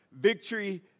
Victory